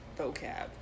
vocab